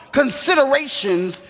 considerations